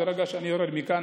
ברגע שאני ארד מכאן,